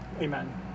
Amen